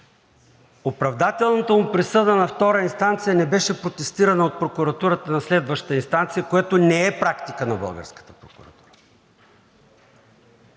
Оправдателната му присъда на втора инстанция не беше протестирана от прокуратурата на следваща инстанция, което не е практика на българската прокуратура.